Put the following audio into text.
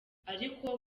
ariko